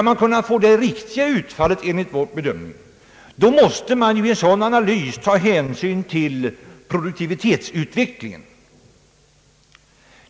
För att få ett riktigt utfall vid en sådan analys måste man enligt vår bedömning ta hänsyn till produktivitetsutvecklingen.